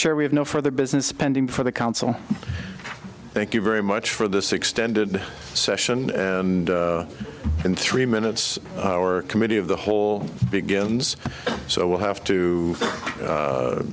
have no further business spending for the council thank you very much for this extended session and in three minutes our committee of the whole begins so will have to